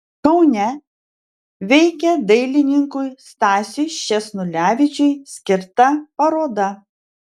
kaune veikia dailininkui stasiui sčesnulevičiui skirta paroda